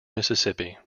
mississippi